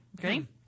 Green